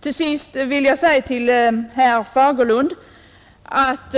Till sist vill jag säga till herr Fagerlund att